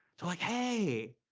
they're like, hey,